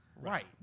Right